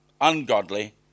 ungodly